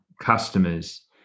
customers